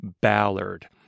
Ballard